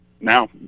now